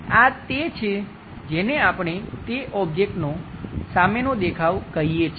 આ તે છે જેને આપણે તે ઓબ્જેક્ટનો સામેનો દેખાવ કહીએ છીએ